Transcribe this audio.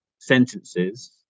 sentences